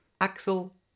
Axel